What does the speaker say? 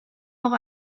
noch